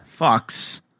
Fucks